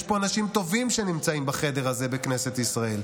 יש פה אנשים טובים שנמצאים בחדר הזה, בכנסת ישראל.